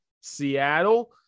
Seattle